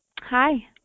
Hi